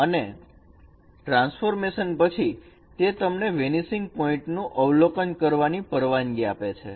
અને ટ્રાન્સફોર્મેશન પછી તે તમને વેનીસિંગ પોઇન્ટ નું અવલોકન કરવાની પરવાનગી આપે છે